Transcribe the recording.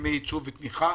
הסכמי ייצוב ותמיכה.